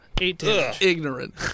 Ignorant